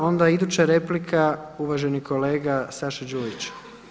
Onda iduća replika uvaženi kolega Saša Đujić.